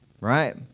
Right